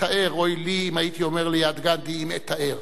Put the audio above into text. אוי לי אם הייתי אומר ליד גנדי "אם אֵתָאר"